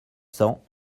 cents